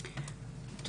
תודה.